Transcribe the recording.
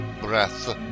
breath